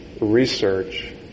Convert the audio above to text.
research